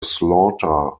slaughter